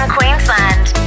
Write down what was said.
Queensland